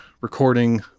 recording